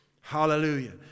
Hallelujah